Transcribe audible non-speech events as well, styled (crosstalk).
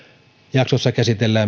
jaksossa käsitellään (unintelligible)